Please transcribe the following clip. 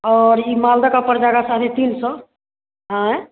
और यह मालदह का पड़ जाएगा साढ़े तीन सौ आएँ